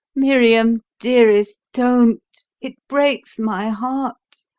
miriam, dearest, don't! it breaks my heart.